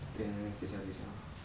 等等下等下 ah